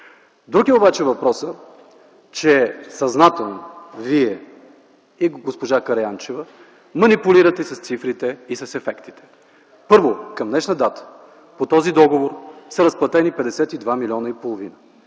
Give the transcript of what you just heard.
Друг е обаче въпросът, че съзнателно Вие и госпожа Караянчева манипулирате с цифрите и с ефектите. Първо, към днешна дата по този договор са разплатени 52 млн. и половина